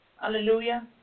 Hallelujah